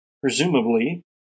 presumably